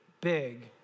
big